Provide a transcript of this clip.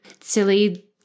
silly